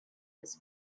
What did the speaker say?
his